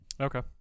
Okay